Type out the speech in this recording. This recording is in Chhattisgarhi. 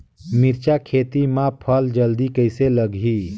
मिरचा खेती मां फल जल्दी कइसे लगही?